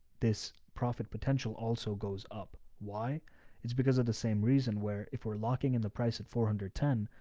this profit potential also goes up why it's because of the same reason where if we're locking in the price at four hundred and ten,